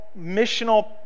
missional